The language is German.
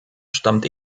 stammt